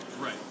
Right